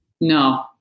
No